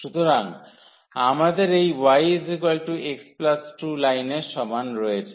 সুতরাং আমাদের এই y x 2 লাইনের সমান রয়েছে